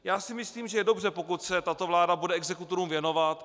Já si myslím, že je dobře, pokud se tato vláda bude exekutorům věnovat.